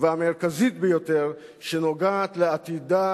והמרכזית ביותר שנוגעת בעתידה,